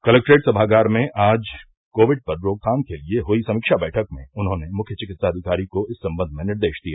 collectorate सभागार में आज कोविड पर रोकथाम के लिए हुई समीक्षा बैठक में उन्होंने मुख्य चिकित्साधिकारी को इस संबंध में निर्देश दिए